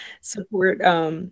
support